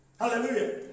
Hallelujah